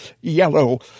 yellow